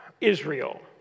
Israel